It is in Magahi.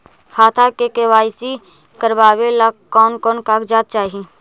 खाता के के.वाई.सी करावेला कौन कौन कागजात चाही?